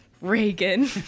Reagan